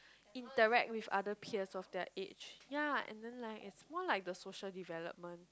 interact with other peers of their age ya and then like it's more like the social development